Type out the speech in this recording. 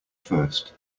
first